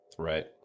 Right